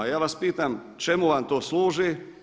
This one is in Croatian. A ja vas pitam, čemu vam to služi?